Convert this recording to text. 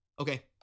Okay